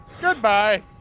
Goodbye